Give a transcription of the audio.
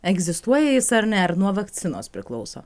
egzistuoja jis ar ne ar nuo vakcinos priklauso